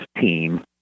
team